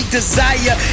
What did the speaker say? desire